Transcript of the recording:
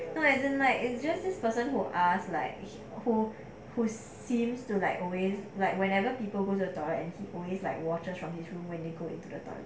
no as in like it's just this person who ask like who who seems to like always like whenever people go to the toilet and he always like waters from his room when they go into the toilet